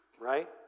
right